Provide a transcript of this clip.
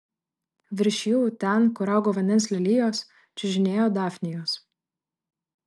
virš jų ten kur augo vandens lelijos čiužinėjo dafnijos